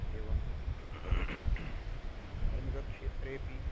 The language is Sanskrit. एवं धार्मिकक्षेत्रेपि